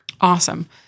Awesome